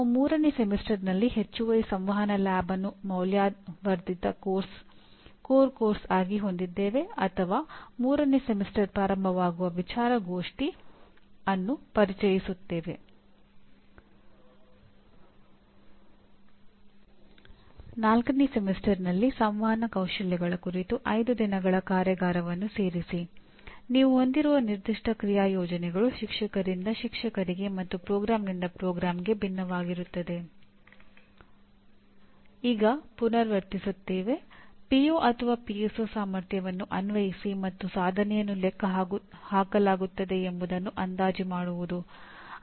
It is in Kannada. ಇದಕ್ಕೆ ಮೂಲಸೌಕರ್ಯ ಅಗತ್ಯವಿದೆಯೇ ಅಥವಾ ಹೊಸ ತಂತ್ರಜ್ಞಾನದ ಬಳಕೆಯ ಅಗತ್ಯವಿದೆಯೇ ಅಥವಾ ಕೆಲವು ಸಿಸ್ಟಮ್ ಮಟ್ಟದ ಸುಧಾರಣೆಗಳು ನಡೆಯಬೇಕೇ ಅಥವಾ ಪಠ್ಯಕ್ರಮವನ್ನು ಸ್ವತಃ ಬದಲಾಯಿಸಬೇಕಾಗಿದೆಯೇ ಎಂಬುದನ್ನು ತಿಳಿಯಬೇಕು